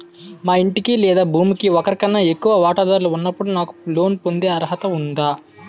మా ఇంటికి లేదా భూమికి ఒకరికన్నా ఎక్కువ వాటాదారులు ఉన్నప్పుడు నాకు లోన్ పొందే అర్హత ఉందా?